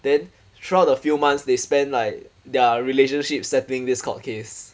then throughout a few months they spend like their relationship settling this court case